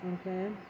Okay